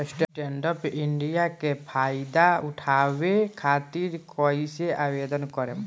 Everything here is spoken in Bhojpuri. स्टैंडअप इंडिया के फाइदा उठाओ खातिर कईसे आवेदन करेम?